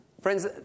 Friends